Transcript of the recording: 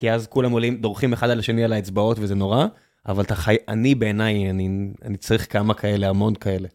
כי אז כולם עולים, דורכים אחד על השני על האצבעות וזה נורא, אבל אני בעיניי, אני צריך כמה כאלה, המון כאלה.